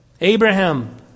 Abraham